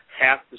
half